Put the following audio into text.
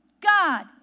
God